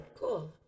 Cool